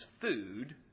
food